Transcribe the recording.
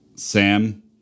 Sam